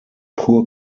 poor